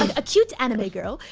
um a cute anime girl.